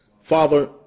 Father